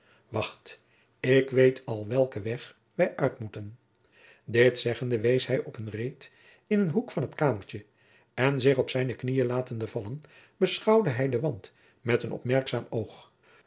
wacht ik weet al welken weg wij uit moeten dit zeggende wees hij op eene reet in een hoek van het kamertje en zich op zijne knieën latende vallen beschouwde hij den wand met een opmerkzaam oog